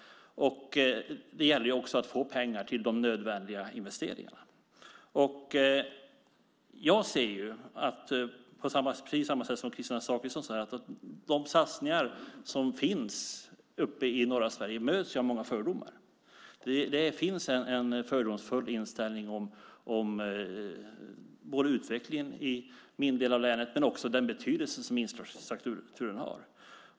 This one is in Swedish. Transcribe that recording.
Det gäller också att få pengar till de nödvändiga investeringarna. Jag säger, precis om Kristina Zakrisson, att de satsningar som görs i norra Sverige möts av många fördomar. Det finns en fördomsfull inställning till både utvecklingen i min del av länet och till den betydelse som infrastrukturen har.